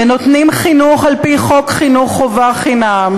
ונותנים חינוך על-פי חוק חינוך חובה חינם,